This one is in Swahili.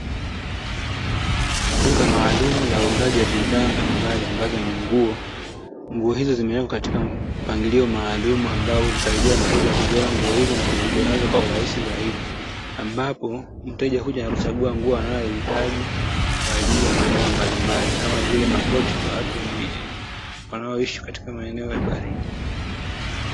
Duka maalumu la uuzaji wa bidhaa mbalimbali ambazo ni nguo, nguo hizo zimewekwa katika mpangilio maalumu, ambao humsaidia mteja kuziona nguo hizo na kuvutiwa nazo kwa urahisi zaidi, ambapo mteja huja na kuchagua nguo anayoihitaji kwa ajili ya maeneo mbalimbali, kama vile makoti kwa watu wanaoishi katika maeneo ya baridi.